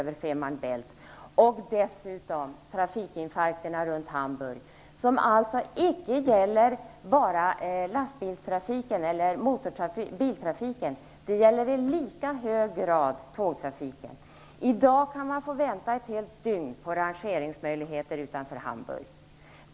Dessutom har vi trafikinfarkter runt Hamburg som alltså icke gäller bara lastbilstrafiken eller biltrafiken utan i lika hög grad tågtrafiken. I dag kan man få vänta ett helt dygn på rangeringsmöjligheter utanför Hamburg.